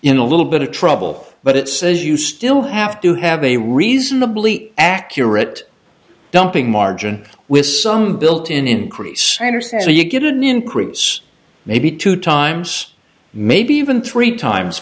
in a little bit of trouble but it says you still have to have a reasonably accurate dumping margin with some built in increase renters and so you get an increase maybe two times maybe even three times